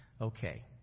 okay